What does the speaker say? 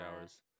hours